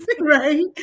right